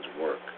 work